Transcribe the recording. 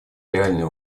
реальной